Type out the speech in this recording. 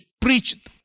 preached